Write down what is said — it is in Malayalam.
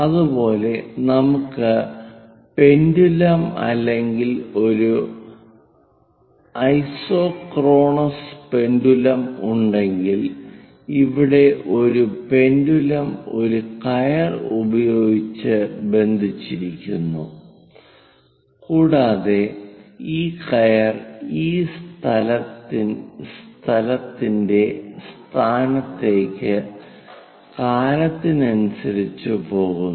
അതുപോലെ നമുക്ക് പെൻഡുലം അല്ലെങ്കിൽ ഒരു ഐസോക്രോണസ് പെൻഡുലം ഉണ്ടെങ്കിൽ ഇവിടെ ഒരു പെൻഡുലം ഒരു കയർ ഉപയോഗിച്ച് ബന്ധിപ്പിച്ചിരിക്കുന്നു കൂടാതെ ഈ കയർ ഈ സ്ഥലത്തിന്റെ സ്ഥാനത്തേക്ക് കാലത്തിനനുസരിച്ച് പോകുന്നു